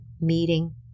meeting